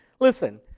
Listen